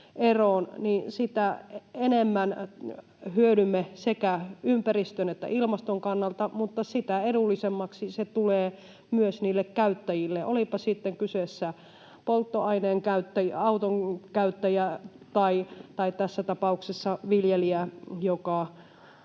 sitä enemmän hyödymme sekä ympäristön että ilmaston kannalta, mutta myös sitä edullisemmaksi se tulee niille käyttäjille, olipa sitten kyseessä polttoaineen käyttäjä, auton käyttäjä tai tässä tapauksessa viljelijä,